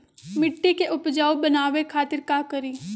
मिट्टी के उपजाऊ बनावे खातिर का करी?